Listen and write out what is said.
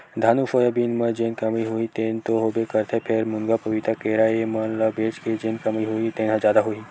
धान अउ सोयाबीन म जेन कमई होही तेन तो होबे करथे फेर, मुनगा, पपीता, केरा ए मन ल बेच के जेन कमई होही तेन ह जादा होही